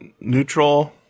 neutral